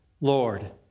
Lord